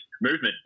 Movement